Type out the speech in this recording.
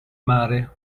mare